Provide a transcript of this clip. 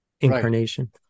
incarnation